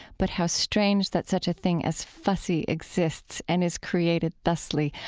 but how strange that such a thing as fussy exists and is created thusly.